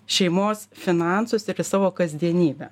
šeimos finansus ir į savo kasdienybę